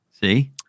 See